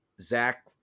Zach